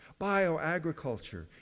bioagriculture